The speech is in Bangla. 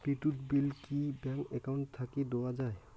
বিদ্যুৎ বিল কি ব্যাংক একাউন্ট থাকি দেওয়া য়ায়?